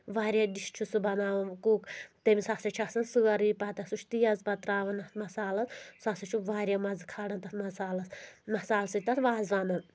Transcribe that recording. واریاہ ڈِش چھُ سُہ بَناوان کُک تٔمِس ہَسا چھُ آسان سٲرٕے پَتہٕ سُہ چھُ تیز پَتہٕ ترٛاوان اَتھ مصالَس سُہ ہَسا چھُ واریاہ مَزٕ کھارا تَتھ مصالَس مصالہٕ سۭتۍ تَتھ وازوانس